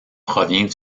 provient